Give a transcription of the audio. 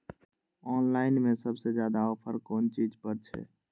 Online में सबसे ज्यादा ऑफर कोन चीज पर छे?